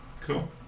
Cool